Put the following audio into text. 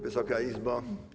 Wysoka Izbo!